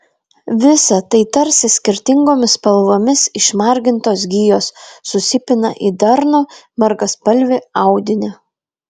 visa tai tarsi skirtingomis spalvomis išmargintos gijos susipina į darnų margaspalvį audinį